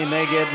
מי נגד?